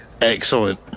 excellent